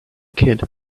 kid